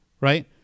right